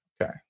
okay